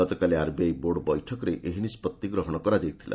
ଗତକାଲି RBI board ବୈଠକରେ ଏହି ନିଷ୍କଭି ଗ୍ରହଣ କରାଯାଇଥିଲା